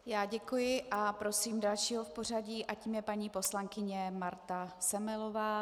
Já děkuji a prosím dalšího v pořadí a tím je paní poslankyně Marta Semelová.